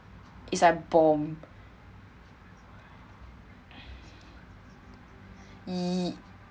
is like bomb